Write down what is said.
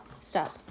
stop